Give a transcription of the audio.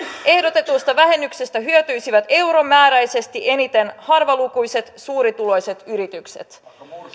ehdotetusta vähennyksestä hyötyisivät euromääräisesti eniten harvalukuiset suurituloiset yritykset